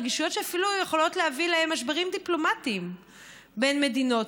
רגישויות שאפילו יכולות להביא למשברים דיפלומטיים בין מדינות,